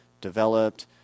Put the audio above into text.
developed